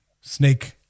Snake